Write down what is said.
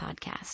podcast